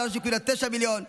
3.9 מיליון,